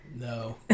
No